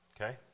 Okay